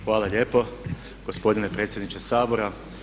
Hvala lijepo gospodine predsjedniče Sabora.